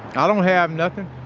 i don't have nothing.